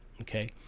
okay